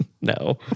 No